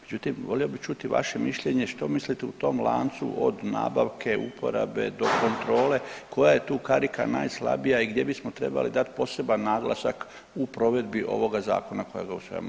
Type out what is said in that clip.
Međutim, volio bih čuti vaše mišljenje što mislite u tom lancu od nabavke, uporabe do kontrole koja je tu karika najslabija i gdje bismo trebali dat poseban naglasak u provedbi ovoga zakona kojega usvajamo?